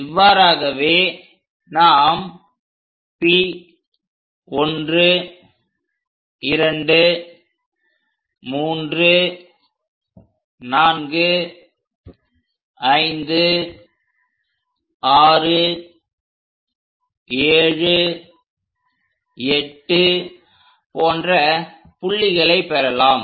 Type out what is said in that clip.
இவ்வாறாகவே நாம் P1 2 3 4 5 6 7 8 போன்ற புள்ளிகளை பெறலாம்